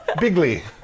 bigly,